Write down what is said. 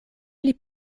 pli